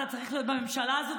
אתה צריך להיות בממשלה הזאת?